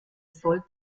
soll